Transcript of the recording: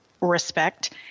Respect